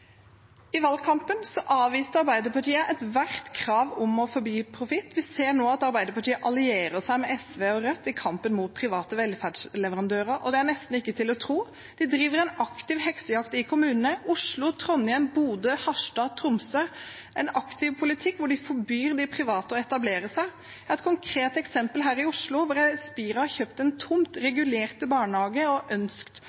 I valgkampen avviste Arbeiderpartiet ethvert krav om å forby profitt. Vi ser nå at Arbeiderpartiet allierer seg med SV og Rødt i kampen mot private velferdsleverandører. Det er nesten ikke til å tro: De driver en aktiv heksejakt i kommunene, i Oslo, Trondheim, Bodø, Harstad og Tromsø – en aktiv politikk hvor de forbyr de private å etablere seg. Et konkret eksempel her i Oslo er Espira, som har kjøpt en tomt